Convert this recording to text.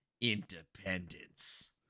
Independence